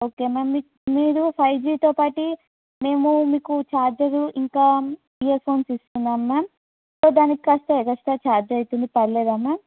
okay ma'am మీ మీరు ఫైవ్జితో పాటి మేము మీకు చార్జరు ఇంకా ఇయర్ ఫోన్స్ ఇస్తున్నాం మ్యామ్ సో దానికి కాస్త ఎగస్ట్రా ఛార్జ్ అవుతుంది పర్లేదా మ్యామ్